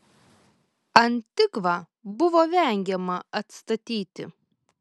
antigvą buvo vengiama atstatyti